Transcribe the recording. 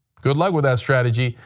good luck with that strategy.